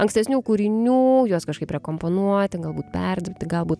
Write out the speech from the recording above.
ankstesnių kūrinių juos kažkaip rekomponuoti galbūt perdirbti galbūt